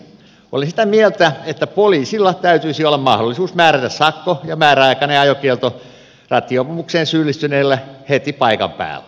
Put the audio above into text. olen sitä mieltä että poliisilla täytyisi olla mahdollisuus määrätä sakko ja määräaikainen ajokielto rattijuopumukseen syyllistyneelle heti paikan päällä